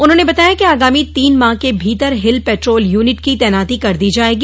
उन्होंने बताया कि आगामी तीन माह के भीतर हिल पेट्रोल यूनिट की तैनाती कर दी जाएगी